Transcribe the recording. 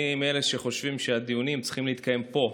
אני מאלה שחושבים שהדיונים צריכים להתקיים פה,